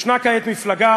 יש מפלגה